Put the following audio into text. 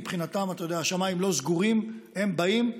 מבחינתם השמיים לא סגורים, הם באים.